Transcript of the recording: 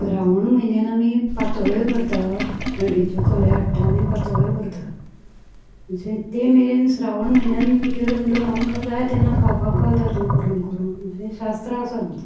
श्रावण म्हयन्यान आमी पातोळ्यो करता हळदीच्यो खोले हाडटा आनी पातोळ्यो करता अशें ते मेरेन श्रावण म्हयन्यान केल्यो म्हणटगर आमकां जाय तेन्ना खावपाक गावता त्यो करून करून अशें शास्त्र आसा आमचें